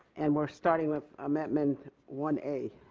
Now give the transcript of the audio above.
and we are starting with amendment one a.